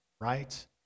right